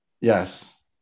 Yes